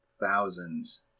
thousands